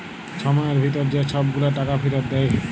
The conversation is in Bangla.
ছময়ের ভিতরে যে ছব গুলা টাকা ফিরত দেয়